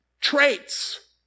traits